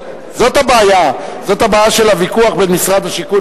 זאת הבעיה של הוויכוח בין משרד השיכון,